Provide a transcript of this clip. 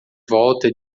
volta